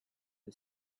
the